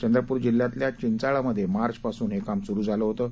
चंद्रपूर जिल्ह्यातल्या चिंचाळामध्ये मार्चपासून हे काम सुरू झालं होतं